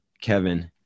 Kevin